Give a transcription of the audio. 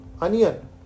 onion